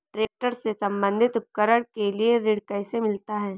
Tractor से संबंधित उपकरण के लिए ऋण कैसे मिलता है?